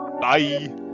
bye